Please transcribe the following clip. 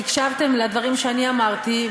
אם הקשבתם לדברים שאני אמרתי,